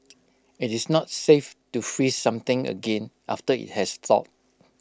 IT is not safe to freeze something again after IT has thawed